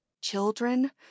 children